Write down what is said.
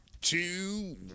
Two